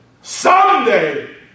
someday